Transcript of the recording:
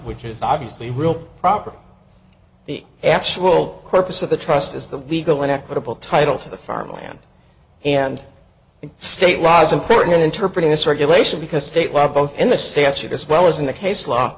which is obviously real property the actual corpus of the trust is the legal an equitable title to the farm land and the state law is important in interpreting this regulation because state law both in the statute as well as in the case law